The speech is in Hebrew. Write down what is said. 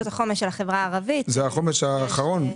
זה החומש האחרון?